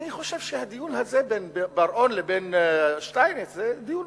אני חושב שהדיון הזה בין בר-און לבין שטייניץ זה דיון